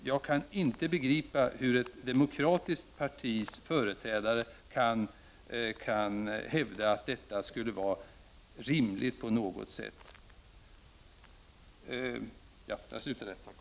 Jag kan inte begripa hur ett demokratiskt partis företrädare kan hävda att detta på något sätt skulle vara rimligt.